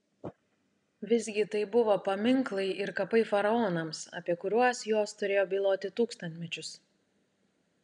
visgi tai buvo paminklai ir kapai faraonams apie kuriuos jos turėjo byloti tūkstantmečius